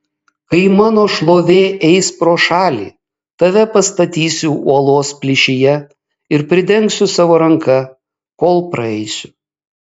kai mano šlovė eis pro šalį tave pastatysiu uolos plyšyje ir pridengsiu savo ranka kol praeisiu